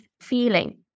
feeling